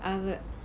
அவ:ava